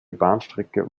bahnstrecke